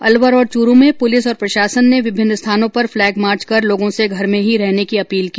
अलवर और चूरू में पुलिस और प्रशासन ने विभिन्न स्थानों पर फ्लेगमार्च कर लोगों से घर में ही रहने की अपील की